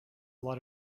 lot